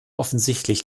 offensichtlich